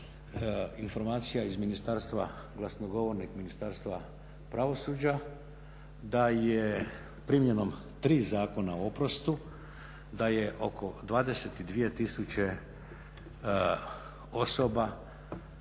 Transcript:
informacija iz Ministarstva, glasnogovornik Ministarstva pravosuđa, da je primjenom tri Zakona o oprostu, da je oko 22 000 osoba